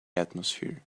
atmosphere